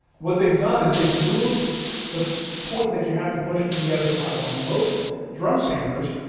what they've done is they've moved the point that you have to push to the other side. on most drum sanders,